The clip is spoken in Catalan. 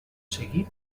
seguit